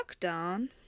lockdown